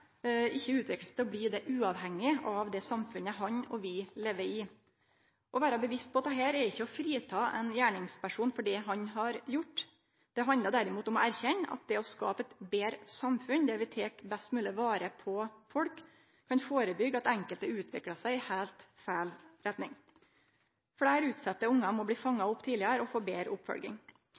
ikkje utviklar seg til å bli det uavhengig av det samfunnet han og vi lever i. Å vere bevisst dette er ikkje å frita ein gjerningsperson for det han har gjort. Det handlar derimot om å erkjenne at det å skape eit betre samfunn der vi tek best mogleg vare på folk, kan førebyggje at enkelte utviklar seg i heilt feil retning. Fleire utsette ungar må bli fanga opp tidlegare og få betre oppfølging.